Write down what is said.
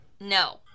No